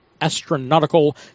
Astronautical